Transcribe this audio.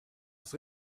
ist